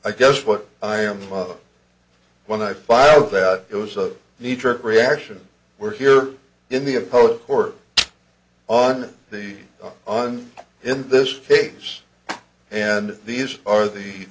i guess what i am when i find out that it was a knee jerk reaction were here in the opposing court on the on in this case and these are the